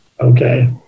Okay